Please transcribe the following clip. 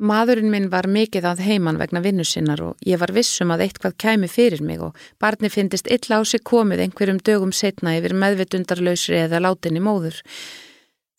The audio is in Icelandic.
Maðurinn minn var mikið að heiman vegna vinnu sinnar og ég var viss um að eitthvað kæmi fyrir mig og barnið fyndist illa á sig komið einhverjum dögum seinna yfir meðvitundarlausri eða látinni móður.